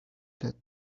that